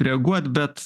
reaguot bet